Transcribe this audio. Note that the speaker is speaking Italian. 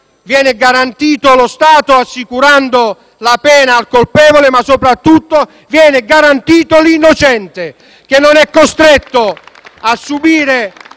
viene garantito lo Stato assicurando la pena al colpevole, ma soprattutto viene garantito l'innocente, che non è costretto a subire